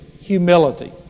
humility